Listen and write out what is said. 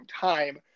time